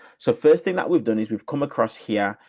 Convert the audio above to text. so, first thing that we've done is we've come across here.